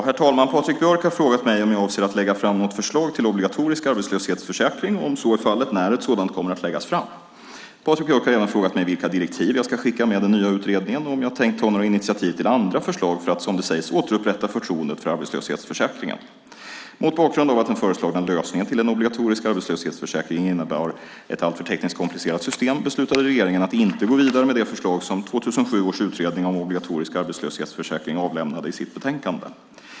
Herr talman! Patrik Björck har frågat mig om jag avser att lägga fram något förslag till obligatorisk arbetslöshetsförsäkring och, om så är fallet, när ett sådant kommer att läggas fram. Patrik Björck har även frågat mig vilka direktiv jag ska skicka med den nya utredningen och om jag tänkt ta några initiativ till andra förslag för att, som det sägs, återupprätta förtroendet för arbetslöshetsförsäkringen. Mot bakgrund av att den föreslagna lösningen till en obligatorisk arbetslöshetsförsäkring innebar ett alltför tekniskt komplicerat system beslutade regeringen att inte gå vidare med det förslag som 2007 års utredning om obligatorisk arbetslöshetsförsäkring avlämnade i sitt betänkande.